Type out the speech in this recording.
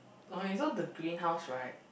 okay so the green house right